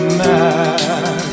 man